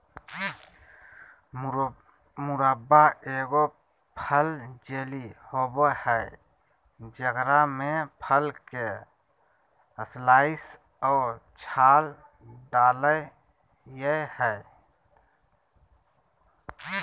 मुरब्बा एगो फल जेली होबय हइ जेकरा में फल के स्लाइस और छाल डालय हइ